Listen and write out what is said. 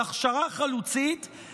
על הכשרה חלוצית,